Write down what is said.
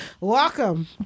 welcome